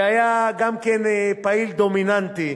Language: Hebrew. והיה גם פעיל דומיננטי.